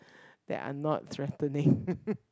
that are not threatening